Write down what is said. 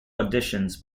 additions